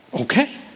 Okay